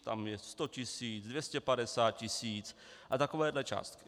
Tam je 100 tisíc, 250 tisíc a takovéto částky.